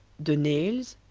de nayles,